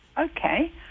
Okay